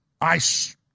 ice